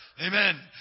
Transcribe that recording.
Amen